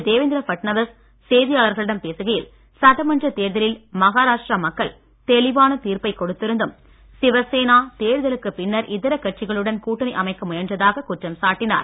தேவேந்திர ஃபட்நவீஸ் செய்தியாளர்களிடம் பேசுகையில் சட்டமன்ற தேர்தலில் மஹாராஷ்டிரா மக்கள் தெளிவான தீர்ப்பை கொடுத்திருந்தும் சிவசேனா தேர்தலுக்குப் பின்னர் இதர கட்சிகளுடன் கூட்டணி அமைக்க முயன்றதாகக் குற்றம் சாட்டினார்